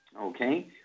Okay